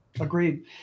Agreed